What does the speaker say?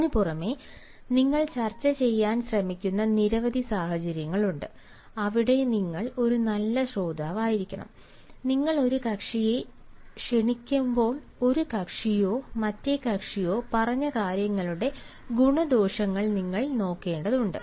അതിനു പുറമെ നിങ്ങൾ ചർച്ച ചെയ്യാൻ ശ്രമിക്കുന്ന നിരവധി സാഹചര്യങ്ങളുണ്ട് അവിടെ നിങ്ങൾ ഒരു നല്ല ശ്രോതാവായിരിക്കണം നിങ്ങൾ ഒരു കക്ഷിയെ ക്ഷണിക്കുമ്പോൾ ഒരു കക്ഷിയോ മറ്റേ കക്ഷിയോ പറഞ്ഞ കാര്യങ്ങളുടെ ഗുണദോഷങ്ങൾ നിങ്ങൾ നോക്കേണ്ടതുണ്ട്